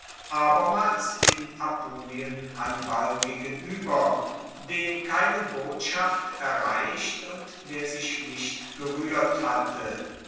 abermals in apulien hannibal gegenueber den keine botschaft erreicht und der sich nicht geruehrt hatte